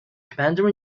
commander